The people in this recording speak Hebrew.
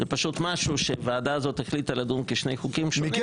זה פשוט משהו שהוועדה הזאת החליטה לדון כשני חוקים שונים,